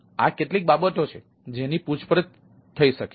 આ કેટલીક બાબતો છે જેની પૂછપરછ થઈ શકે છે